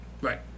right